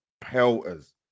pelters